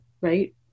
right